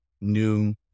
new